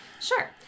Sure